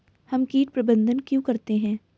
हम कीट प्रबंधन क्यों करते हैं?